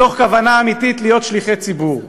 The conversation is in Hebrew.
מתוך כוונה אמיתית להיות שליחי ציבור.